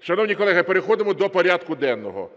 Шановні колеги, переходимо до порядку денного.